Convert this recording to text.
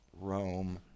Rome